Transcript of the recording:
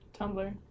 Tumblr